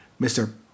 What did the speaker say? Mr